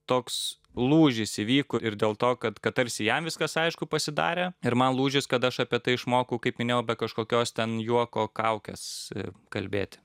toks lūžis įvyko ir dėl to kad kad tarsi jam viskas aišku pasidarė ir man lūžis kad aš apie tai išmokau kaip minėjau be kažkokios ten juoko kaukės kalbėti